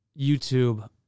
YouTube